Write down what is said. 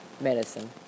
medicine